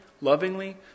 lovingly